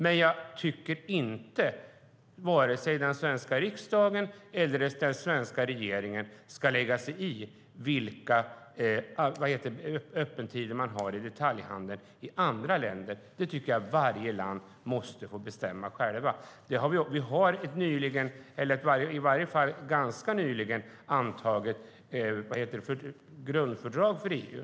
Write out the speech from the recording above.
Men jag tycker inte att vare sig den svenska riksdagen eller den svenska regeringen ska lägga sig i vilka öppettider man har i detaljhandeln i andra länder. Det tycker jag att varje land måste få bestämma självt. Vi har ganska nyligen antagit ett grundfördrag för EU.